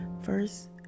first